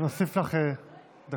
אני מוסיף לך דקות.